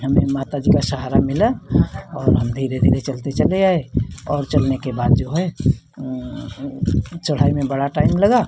हमें माता जी का सहारा मिला और हम धीरे धीरे चलते चले आए और चलने के बाद जो है हाँ चढ़ाई में बड़ा टाइम लगा